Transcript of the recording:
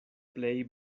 plej